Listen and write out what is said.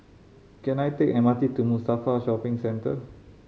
can I take M R T to Mustafa Shopping Centre